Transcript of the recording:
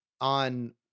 on